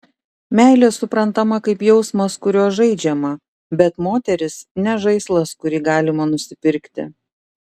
meilė suprantama kaip jausmas kuriuo žaidžiama bet moteris ne žaislas kurį galima nusipirkti